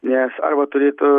nes arba turėtų